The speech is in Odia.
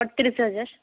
ଅଠତିରିଶି ହଜାର